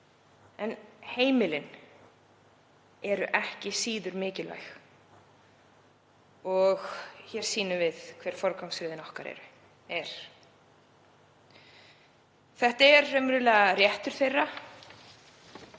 en heimilin eru ekki síður mikilvæg og hér sýnum við hver forgangsröðun okkar er. Þetta er raunverulega réttur fólks